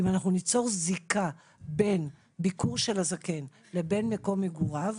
אם אנחנו ניצור זיקה בין ביקור של הזקן לבין מקום מגוריו,